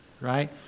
right